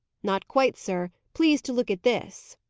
not quite, sir. please to look at this.